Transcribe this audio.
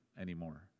anymore